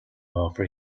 offer